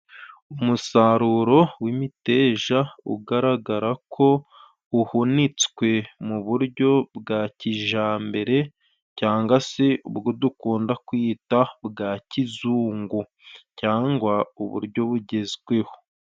Umusaruro w'imiteja, ugaragara ko uhunitswe mu buryo bwa kijambere cyangwa seb ubwo dukunda kwita bwa kizungu cyangwa uburyo bugezweho.